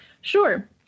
Sure